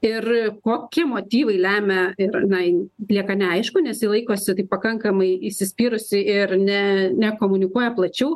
ir kokie motyvai lemia ir na jin lieka neaišku nes ji laikosi taip pakankamai įsispyrusi ir ne nekomunikuoja plačiau